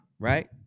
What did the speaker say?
Right